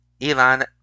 Elon